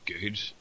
good